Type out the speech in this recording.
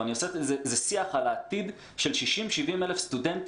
עד לרגעים אלה המערכת מתקיימת בצורה סדירה ורציפה